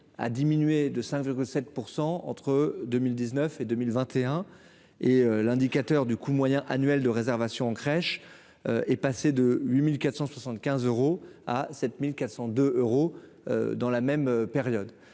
a diminué de 5 recettes % entre 2000 19 et 2021 et l'indicateur du coût moyen annuel de réservation en crèche est passé de 8475 euros à 7402 euros dans la même période,